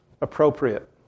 appropriate